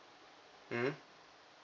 mm